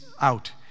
out